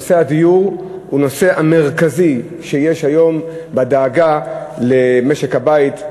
נושא הדיור הוא הנושא המרכזי היום בדאגה של משק-הבית,